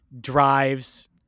drives